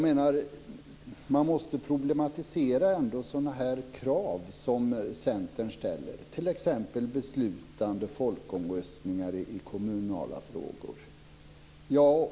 Man måste problematisera sådana krav som Centern ställer, t.ex. beslutande folkomröstningar i kommunala frågor.